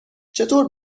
چطور